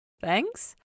Thanks